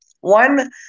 One